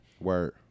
word